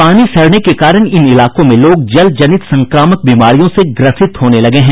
पानी सड़ने के कारण इन इलाकों में लोग जल जनित संक्रामक बीमारियों से पीड़ित होने लगे हैं